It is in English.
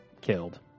killed